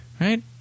right